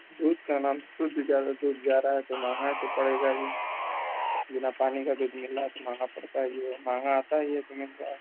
दूध का दाम क्योंकि ज्यादा दूध जा रहा है तो महँगा तो पड़ेगा ही बिना पानी का दूध मिल रहा हे तो महँगा पड़ता ही है महँगा आता ही है तीन हज़ार